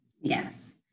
Yes